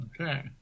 Okay